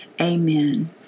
Amen